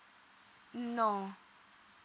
no